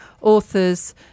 authors